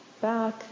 back